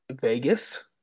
Vegas